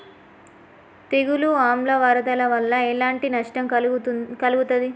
తెగులు ఆమ్ల వరదల వల్ల ఎలాంటి నష్టం కలుగుతది?